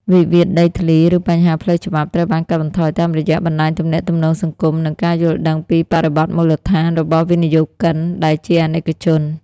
វិវាទដីធ្លី ឬបញ្ហាផ្លូវច្បាប់ត្រូវបានកាត់បន្ថយតាមរយៈ "បណ្ដាញទំនាក់ទំនងសង្គម" និង "ការយល់ដឹងពីបរិបទមូលដ្ឋាន" របស់វិនិយោគិន ដែលជាអនិកជន។